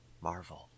Marvel